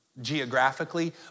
geographically